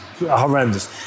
horrendous